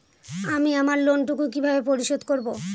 আমি আমার লোন টুকু কিভাবে পরিশোধ করব?